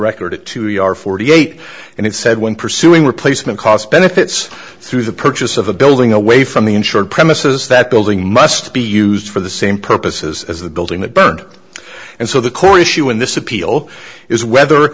record to your forty eight and it said when pursuing replacement cost benefits through the purchase of a building away from the insured premises that building must be used for the same purposes as the building that burned and so the core issue in this appeal is whether